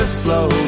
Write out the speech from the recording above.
Slow